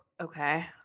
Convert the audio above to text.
okay